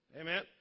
Amen